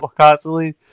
constantly